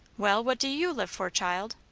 well, what do you live for, child?